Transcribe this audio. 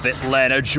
Atlanta